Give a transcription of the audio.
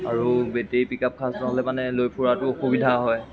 আৰু battery pickup খাচ নহ'লে মানে লৈ ফুৰাটো অসুবিধা হয়